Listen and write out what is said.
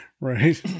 Right